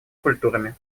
культурами